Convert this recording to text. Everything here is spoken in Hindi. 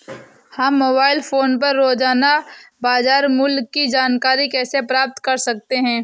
हम मोबाइल फोन पर रोजाना बाजार मूल्य की जानकारी कैसे प्राप्त कर सकते हैं?